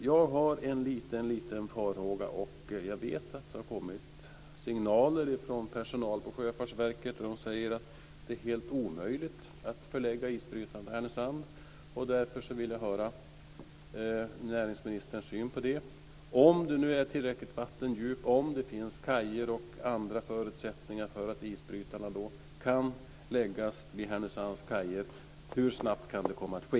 Jag har en liten farhåga, och jag vet att det har kommit signaler från personal på Sjöfartsverket, nämligen att det ska vara helt omöjligt att förlägga isbrytare till Härnösand. Därför vill jag höra hur näringsministern ser på detta. Om vattendjupet är tillräckligt och om det finns kajer och andra förutsättningar för isbrytarna när det gäller möjligheterna att lägga dem vid Härnösands kajer, hur snabbt kan då det här ske?